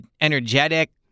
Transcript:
energetic